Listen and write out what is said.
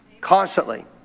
Constantly